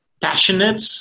passionate